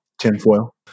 tinfoil